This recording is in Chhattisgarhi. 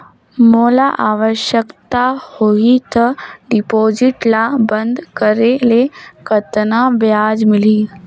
मोला आवश्यकता होही त डिपॉजिट ल बंद करे ले कतना ब्याज मिलही?